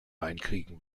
reinkriegen